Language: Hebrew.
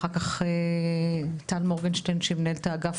ואחר כך טל מורגנשטיין שהיא מנהלת האגף